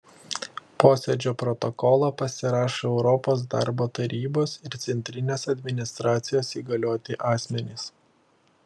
posėdžio protokolą pasirašo europos darbo tarybos ir centrinės administracijos įgalioti asmenys